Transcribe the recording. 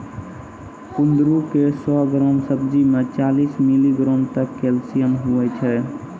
कुंदरू के सौ ग्राम सब्जी मे चालीस मिलीग्राम तक कैल्शियम हुवै छै